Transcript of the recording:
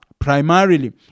Primarily